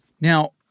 Now